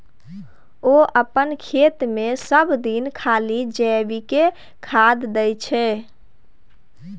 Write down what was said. ओ अपन खेतमे सभदिन खाली जैविके खाद दै छै